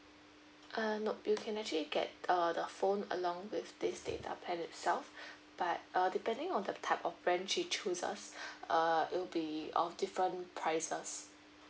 uh nop you can actually get err the phone along with this data plan itself but uh depending on the type of plan she chooses uh it will be of different prices